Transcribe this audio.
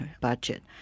budget